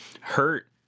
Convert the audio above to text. hurt